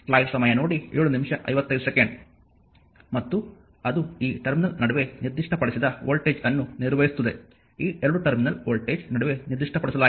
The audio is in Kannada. ಮತ್ತು ಅದು ಈ 2 ಟರ್ಮಿನಲ್ ನಡುವೆ ನಿರ್ದಿಷ್ಟಪಡಿಸಿದ ವೋಲ್ಟೇಜ್ ಅನ್ನು ನಿರ್ವಹಿಸುತ್ತದೆ ಈ 2 ಟರ್ಮಿನಲ್ ವೋಲ್ಟೇಜ್ ನಡುವೆ ನಿರ್ದಿಷ್ಟಪಡಿಸಲಾಗಿದೆ